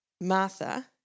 Martha